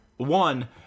One